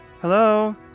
hello